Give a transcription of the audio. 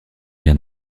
bien